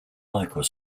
michael